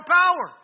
power